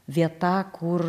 vieta kur